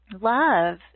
love